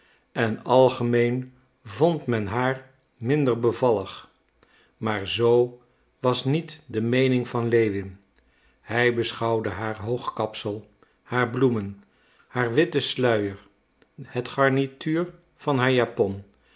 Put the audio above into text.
en algemeen vond men haar minder bevallig maar zoo was niet de meening van lewin hij beschouwde haar hoog kapsel haar bloemen haar witten sluier het garnituur van haar japon